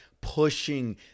pushing